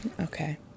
Okay